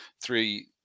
three